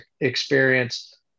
experience